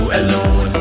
alone